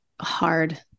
hard